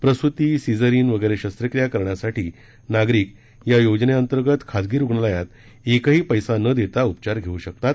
प्रसृती caesarean वगैरे शस्त्रक्रिया करण्यासाठी नागरिक या योजनेतर्गत खासगी रुग्णालयात एकही पैसा न देता उपचार घेऊ शकतात